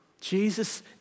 Jesus